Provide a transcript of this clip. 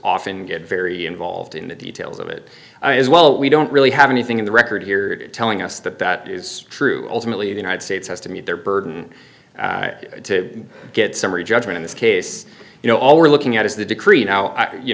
often get very involved in the details of it as well we don't really have anything in the record here telling us that that is true ultimately the united states has to meet their burden to get summary judgment in this case you know all we're looking at is the decree now you